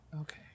Okay